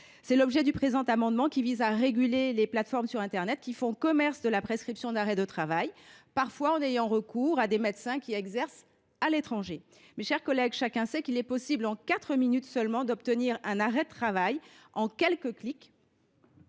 est l’objet de cet amendement, qui tend à réguler les plateformes sur internet faisant commerce de la prescription d’arrêts de travail, parfois en ayant recours à des médecins qui exercent à l’étranger. Mes chers collègues, chacun sait qu’il est possible, en quatre minutes et en quelques clics